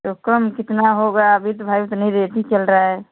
तो काम कितना होगा अभी तो भाई उतना रेट ही चल रहा है